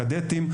כד"תים,